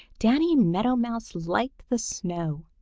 danny meadow mouse liked the snow.